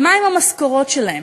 ומהן המשכורות שלהם?